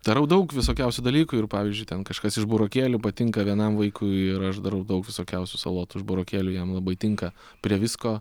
darau daug visokiausių dalykų ir pavyzdžiui ten kažkas iš burokėlių patinka vienam vaikui ir aš darau daug visokiausių salotų iš burokėlių jam labai tinka prie visko